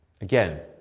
Again